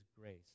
grace